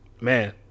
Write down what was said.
man